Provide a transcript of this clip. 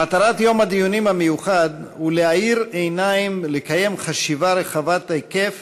מטרת יום הדיונים המיוחד היא להאיר עיניים ולקיים חשיבה רחבת היקף